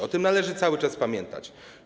O tym należy cały czas pamiętać.